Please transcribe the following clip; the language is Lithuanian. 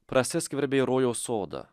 prasiskverbė į rojaus sodą